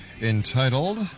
entitled